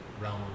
realm